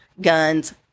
guns